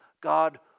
God